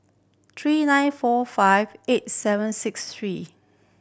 three nine four five eight seven six three